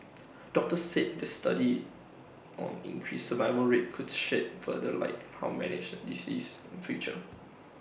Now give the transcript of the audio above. doctors said this study on increased survival rate could shed further light on manage disease in future